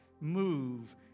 move